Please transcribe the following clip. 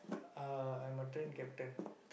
uh I'm a train captain